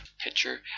picture